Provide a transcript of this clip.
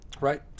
Right